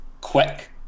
quick